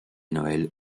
noël